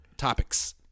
Topics